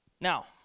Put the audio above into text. Now